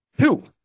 two